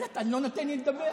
אבל אתה לא נותן לי לדבר.